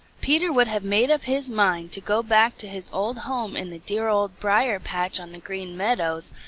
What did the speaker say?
peter would have made up his mind to go back to his old home in the dear old briar-patch on the green meadows,